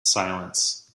silence